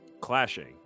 clashing